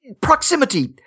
proximity